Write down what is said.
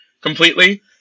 completely